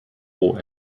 roh